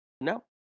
No